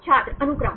छात्र अनुक्रम